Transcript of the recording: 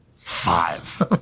Five